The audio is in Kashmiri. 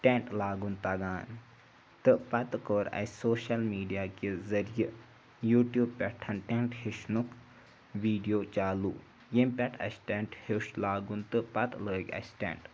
ٹٮ۪نٛٹ لاگُن تَگان تہٕ پَتہٕ کوٚر اَسہِ سوشَل میٖڈیا کہِ ذریعہ یوٗٹیوٗب پٮ۪ٹھ ٹٮ۪نٛٹ ہیٚچھنُک ویٖڈیو چالوٗ ییٚمہِ پٮ۪ٹھ اَسہِ ٹٮ۪نٛٹ ہیوٚچھ لاگُن تہٕ پَتہٕ لٲگۍ اَسہِ ٹٮ۪نٛٹ